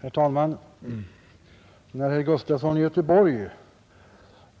Herr talman! När herr Gustafson i Göteborg